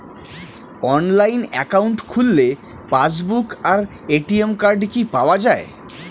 Online account খুললে passbook আর ATM card কি পাওয়া যায়?